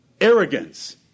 arrogance